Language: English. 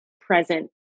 present